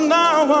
now